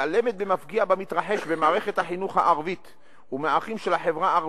ומתעלמת במפגיע מהמתרחש במערכת החינוך הערבית ומהערכים של החברה הערבית,